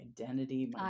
identity